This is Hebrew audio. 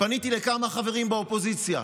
פניתי לכמה חברים באופוזיציה,